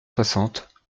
soixante